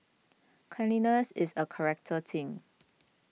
cleanliness is a character thing